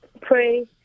pray